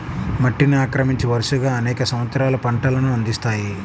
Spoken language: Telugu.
మట్టిని ఆక్రమించి, వరుసగా అనేక సంవత్సరాలు పంటలను అందిస్తాయి